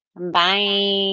Bye